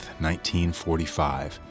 1945